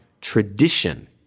tradition